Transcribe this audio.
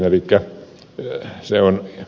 elikkä vyö se on o